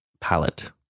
palette